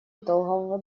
итогового